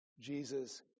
Jesus